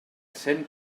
cent